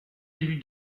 lui